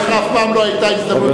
לך אף פעם לא היתה הזדמנות,